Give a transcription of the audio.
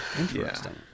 Interesting